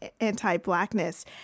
anti-Blackness